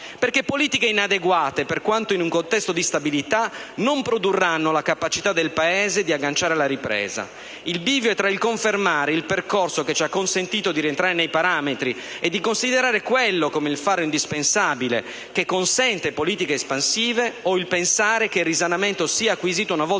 perché politiche inadeguate, per quanto in un contesto di stabilità, non produrranno la capacità del Paese di agganciare la ripresa; si tratta invece di scegliere se confermare il percorso che ci ha consentito di rientrare nei parametri e di considerare quello come il faro indispensabile che consente politiche espansive, oppure pensare che il risanamento sia acquisito una volta per tutte